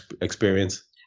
experience